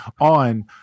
on